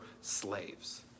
slaves